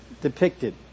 depicted